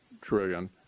trillion